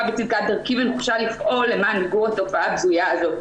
בצדקת דרכי ונחושה לפעול למען מיגור התופעה הבזויה הזאת.